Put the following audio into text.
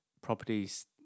properties